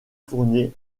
fournier